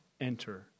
enter